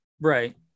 Right